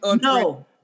no